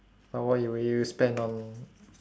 how what would you spend on